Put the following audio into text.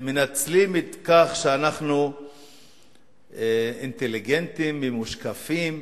מנצלים את העובדה שאנחנו אינטליגנטים, ממושקפים,